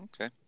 Okay